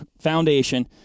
Foundation